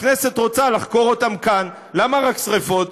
הכנסת רוצה לחקור כאן, למה רק שרפות?